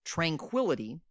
Tranquility